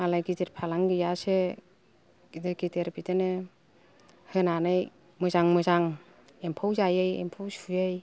मालाय गिदिर फालांगियासो गिदिर गिदिर बिदिनो होनानै मोजां मोजां एम्फौ जायै एम्फौ सुयै